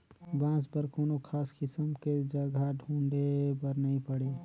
बांस बर कोनो खास किसम के जघा ढूंढे बर नई पड़े